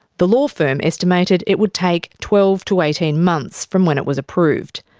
the law firm estimated it would take twelve to eighteen months from when it was approved.